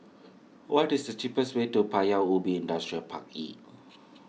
what is the cheapest way to Paya Ubi Industrial Park E